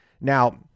Now